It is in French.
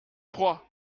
froid